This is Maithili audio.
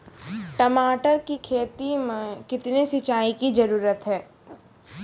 टमाटर की खेती मे कितने सिंचाई की जरूरत हैं?